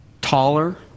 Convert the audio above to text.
taller